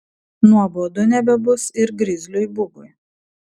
nuobodu nebebus ir grizliui bugui